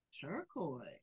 Turquoise